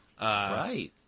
Right